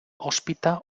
ospita